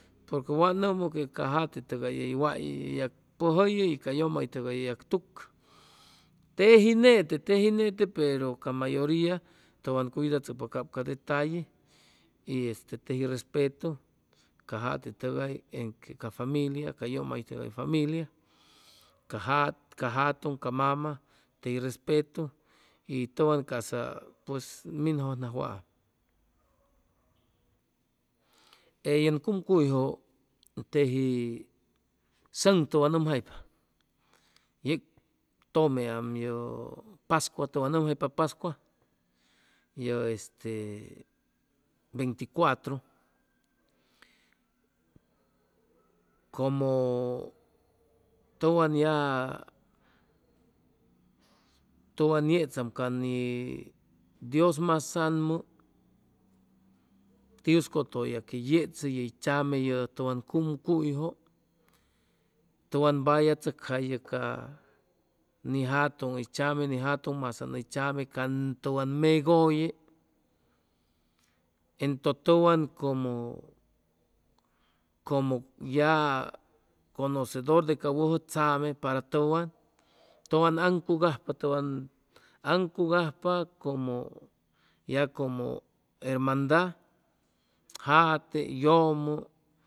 Porque wa nʉmʉ que ca jate tʉgay hʉy way hʉy yag pʉjʉyʉ y ca yʉmʉ tʉgay hʉy yagtucʉ teji nete teji nete pero ca mayoria tʉwan cuidachʉcpa cap ca detalle y este teji respetu ca jate tʉgay en que ca familia ca yʉmaytʉgay familia ca jatʉŋ, ca mama tey respetu y tʉwan ca'sa pues minjʉjnajwaam e yen cumcuyjʉ teji sʉŋ tʉwan nʉmjaypa yeg tʉmeam yʉ pascua tʉwan nʉmjaypa pascua yʉ este venticuatro como tʉwan ya tʉwan yechaam ca ni dios'masaŋ mo tiuscʉtʉya que yechʉ yey tzame ye tʉwan cumcuyjʉ tʉwan balla chʉcjayʉ ca ni jatʉŋ hʉy tzame ni jatʉŋ masaŋ hʉy tzame can tʉwan mejʉlle entʉ tʉwan como como ya conocedor de ca wʉjʉ tzame para tʉwan tʉwan aŋcugajpa tʉwan aŋcugajpa como ya como hermandad jate, yʉmʉ